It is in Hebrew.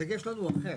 הדגש שלנו הוא אחר.